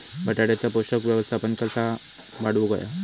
बटाट्याचा पोषक व्यवस्थापन कसा वाढवुक होया?